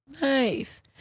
Nice